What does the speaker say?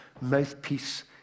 mouthpiece